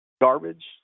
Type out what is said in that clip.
garbage